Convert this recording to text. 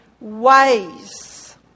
ways